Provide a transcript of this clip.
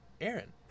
Aaron